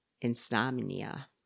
insomnia